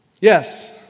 Yes